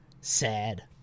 sad